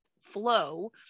flow